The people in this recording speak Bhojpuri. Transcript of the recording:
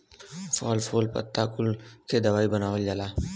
फल फूल पत्ता कुल के दवाई बनावल जाला